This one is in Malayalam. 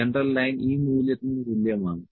സെൻട്രൽ ലൈൻ ഈ മൂല്യത്തിന് തുല്യമാണ്